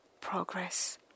progress